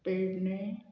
Pedne